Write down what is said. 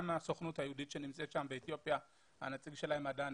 גם הסוכנות היהודית שנמצאת באתיופיה והנציג שלהם מדנה.